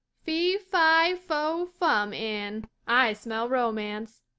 fee fi fo fum, anne. i smell romance.